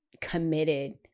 committed